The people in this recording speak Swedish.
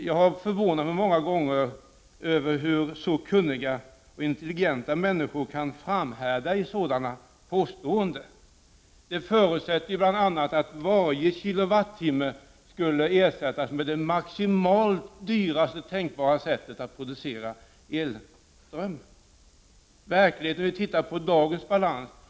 Jag förvånar mig alltid över att så kunniga och intelligenta människor kan framhärda i sådana påståenden. Det förutsätter bl.a. att varje kilovattimme skulle ersättas med det maximalt dyraste tänkbara sättet att producera elström. Verkligheten vi tittar på är dagens balans.